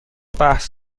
بحث